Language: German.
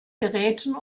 geräten